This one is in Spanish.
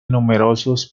numerosos